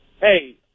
Hey